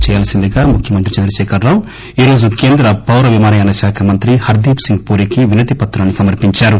చేయవల్పిందిగా ముఖ్యమంత్రి చంద్రశేఖరరావు ఈరోజు కేంద్ర పౌర విమానయాన శాఖ మంత్రి హర్దీప్ సింగ్ పూరీకి వినతిపత్రాన్ని సమర్చించారు